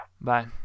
Bye